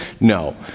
No